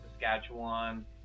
Saskatchewan